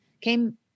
came